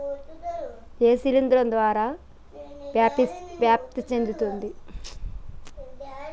ఇది ఏ శిలింద్రం ద్వారా వ్యాపిస్తది?